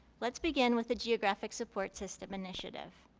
let's begin with the geographic support system initiative.